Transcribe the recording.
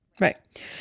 Right